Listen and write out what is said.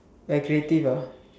like creative ah